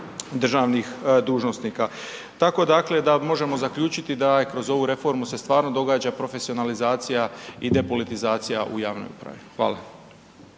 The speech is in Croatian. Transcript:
državnih dužnosnika. Tako dakle možemo zaključiti da se kroz ovu reformu stvarno događa profesionalizacija i depolitizacija u javnoj upravi. Hvala.